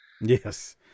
yes